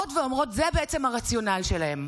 באות ואומרות, זה בעצם הרציונל שלהן: